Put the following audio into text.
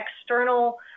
external